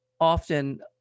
often